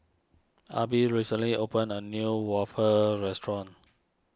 Abbie recently opened a new Waffle restaurant